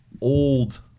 old